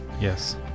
Yes